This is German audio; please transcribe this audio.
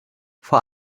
vor